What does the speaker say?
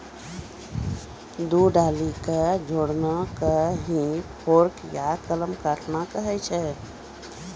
दू डाली कॅ जोड़ना कॅ ही फोर्क या कलम काटना कहै छ